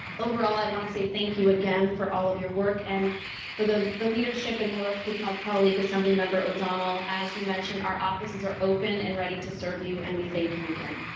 overall i want to say thank you again for all of your work and for the the leadership and work with my colleague assemblymember o'donnell. as we mentioned our offices are open and ready to serve you and we thank you again.